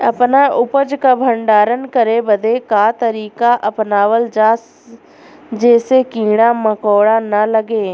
अपना उपज क भंडारन करे बदे का तरीका अपनावल जा जेसे कीड़ा मकोड़ा न लगें?